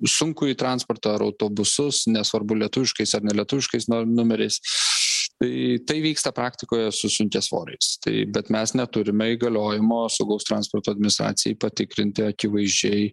sunkųjį transportą ar autobusus nesvarbu lietuviškais ar ne lietuviškais numeriais štai tai vyksta praktikoje su sunkiasvoriais tai bet mes neturime įgaliojimo saugaus transporto administracijai patikrinti akivaizdžiai